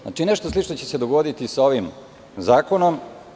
Znači, nešto slično će se dogoditi i sa ovim zakonom.